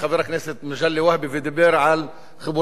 ודיבר על חיבורי חשמל בכפרים הדרוזיים.